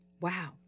wow